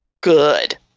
Good